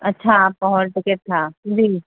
اچھا آپ کا ہال ٹکٹ تھا جی